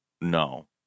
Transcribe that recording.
No